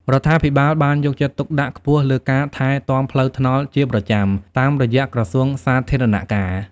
រដ្ឋាភិបាលបានយកចិត្តទុកដាក់ខ្ពស់លើការថែទាំផ្លូវថ្នល់ជាប្រចាំតាមរយៈក្រសួងសាធារណការ។